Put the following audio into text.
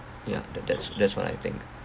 yeah that that's that's what I think